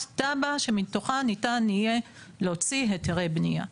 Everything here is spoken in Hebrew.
--- שמתוכה ניתן יהיה להוציא היתרי בנייה.